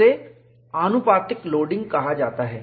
इसे आनुपातिक लोडिंग कहा जाता है